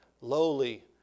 lowly